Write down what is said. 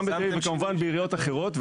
כמובן גם בעיריות אחרות,